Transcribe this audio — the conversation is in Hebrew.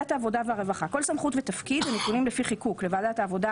העבודה1.כל סמכות ותפקיד הנתונים לפי חיקוק לוועדת העבודה,